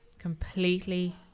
Completely